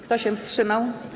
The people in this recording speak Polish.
Kto się wstrzymał?